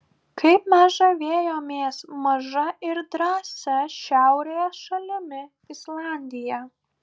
kaip mes žavėjomės maža ir drąsia šiaurės šalimi islandija